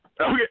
Okay